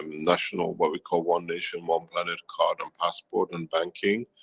national, what we call one nation one planet card and passport and banking.